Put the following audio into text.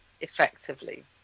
effectively